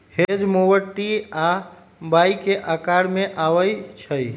hedge mower T आ Y के अकार में अबई छई